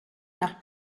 nach